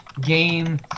game